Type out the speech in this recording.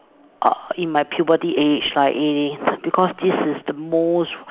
uh in my puberty age like eighteen because this is the most